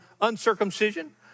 uncircumcision